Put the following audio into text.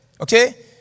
Okay